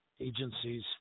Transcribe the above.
agencies